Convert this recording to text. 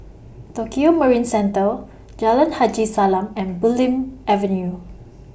Tokio Marine Centre Jalan Haji Salam and Bulim Avenue